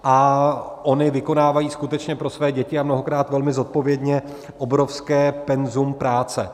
A ony vykonávají skutečně pro své děti, a mnohokrát velmi zodpovědně, obrovské penzum práce.